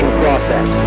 process